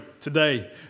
today